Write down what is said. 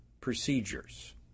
procedures